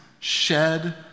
Shed